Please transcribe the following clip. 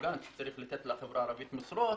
מעוגן שצריך לתת לחברה הערבית משרות